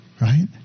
right